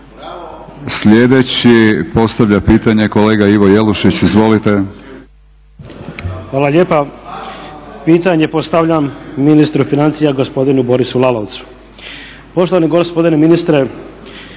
Sljedeći postavlja pitanje kolega Ivo Jelušić. Izvolite. **Jelušić, Ivo (SDP)** Hvala lijepa. Pitanje postavljam ministru financija gospodinu Borisu Lalovcu. Poštovani gospodine ministre,